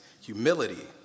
humility